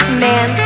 man